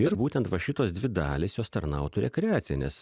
ir būtent va šitos dvi dalys jos tarnautų rekreacijai nes